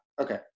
Okay